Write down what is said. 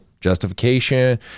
justification